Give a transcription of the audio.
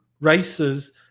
races